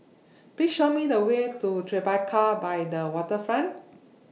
Please Show Me The Way to Tribeca By The Waterfront